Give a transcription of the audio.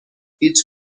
هیچ